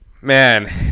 man